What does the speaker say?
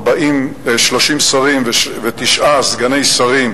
30 שרים ותשעה סגני שרים,